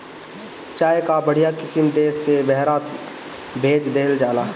चाय कअ बढ़िया किसिम देस से बहरा भेज देहल जाला